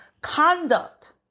Conduct